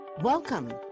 Welcome